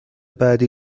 بعدی